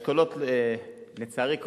לצערי,